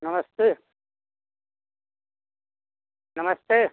नमस्ते नमस्ते